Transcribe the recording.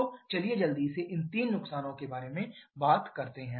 तो चलिए जल्दी से इन तीन नुकसानों के बारे में बात करते हैं